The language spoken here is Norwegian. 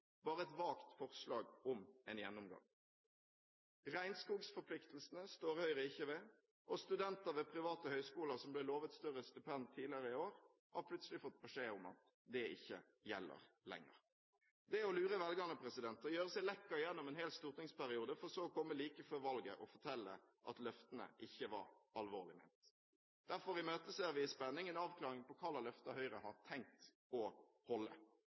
bare et vagt forslag om en gjennomgang. Høyre står heller ikke ved regnskogsforpliktelsene, og studenter ved private høyskoler som ble lovet større stipend tidligere i år, har plutselig fått beskjed om at det ikke gjelder lenger. Det er å lure velgerne å gjøre seg lekker gjennom en hel stortingsperiode for så å komme like før valget og fortelle at løftene ikke var alvorlig ment. Derfor imøteser vi i spenning en avklaring på hvilke løfter Høyre har tenkt å holde.